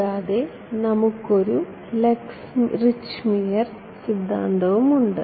കൂടാതെ നമുക്ക് ഒരു ലക്സ് റിച്ച്മിയർ സിദ്ധാന്തവുമുണ്ട്